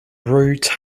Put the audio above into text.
route